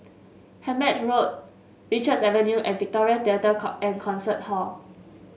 Hemmant Road Richards Avenue and Victoria Theatre and Concert Hall